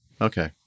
Okay